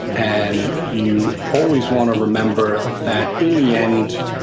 and you always want to remember that, in the end,